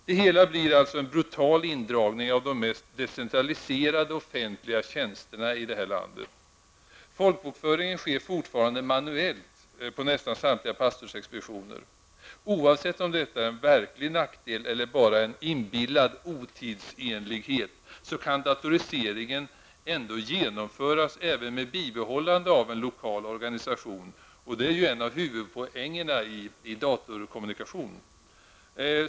Det hela blir en brutal indragning av de mest decentraliserade offentliga tjänsterna i landet. Folkbokföringen sker fortfarande manuellt på nästan samtliga pastorsexpeditioner. Oavsett om detta är en verklig nackdel eller bara en inbillad otidsenlighet, kan datorisering genomföras även med bibehållande av en lokal organisation; det är ju en av huvudpoängerna i datorkommunikation.